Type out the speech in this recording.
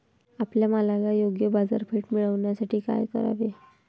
आपल्या मालाला योग्य बाजारपेठ मिळण्यासाठी काय करावे?